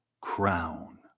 crown